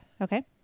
Okay